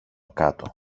κάτω